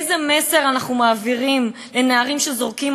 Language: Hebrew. איזה מסר אנחנו מעבירים לנערים שזורקים